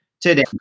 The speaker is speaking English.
today